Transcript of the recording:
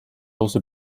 also